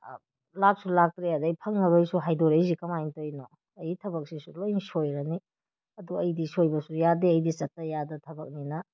ꯂꯥꯛꯁꯨ ꯂꯥꯛꯇ꯭ꯔꯦ ꯑꯗꯨꯗꯩ ꯐꯪꯉꯔꯣꯏꯁꯨ ꯍꯥꯏꯗꯣꯔꯛꯏꯁꯦ ꯀꯃꯥꯏꯅ ꯇꯧꯔꯤꯅꯣ ꯑꯩ ꯊꯕꯛꯁꯤꯁꯨ ꯂꯣꯏꯅ ꯁꯣꯏꯔꯅꯤ ꯑꯗꯨ ꯑꯩꯗꯤ ꯁꯣꯏꯕꯁꯨ ꯌꯥꯗꯦ ꯑꯩꯗꯤ ꯆꯠꯇꯕ ꯌꯥꯗꯕ ꯊꯕꯛꯅꯤꯅ